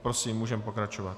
Prosím, můžeme pokračovat.